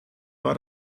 war